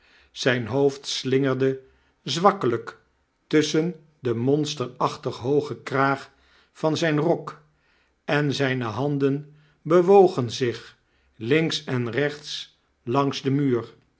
zijn hoofd slingerde zwakkelijk tusschen denmonsterachtig hoogen kraag van zijn rok en zijne handen bewogen zich links en rechtslangsden muur